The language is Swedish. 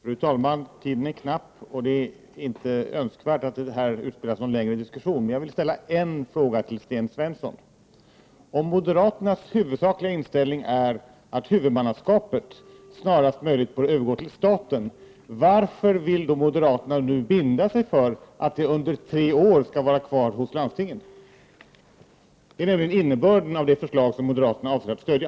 Fru talman! Tiden är knapp, och det är inte önskvärt att här utspinner sig någon längre diskussion, men jag vill ställa en fråga till Sten Svensson. Om moderaternas huvudsakliga inställning är att huvudmannaskapet snarast möjligt bör övergå till staten, varför vill då moderaterna nu binda sig för att det under tre år skall vara kvar hos landstingen? Det är nämligen innebörden av det förslag som moderaterna avser att stödja.